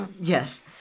Yes